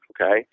okay